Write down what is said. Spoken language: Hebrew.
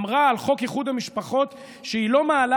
שאמרה על חוק איחוד המשפחות שהיא לא מעלה